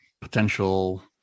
potential